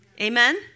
Amen